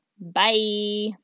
Bye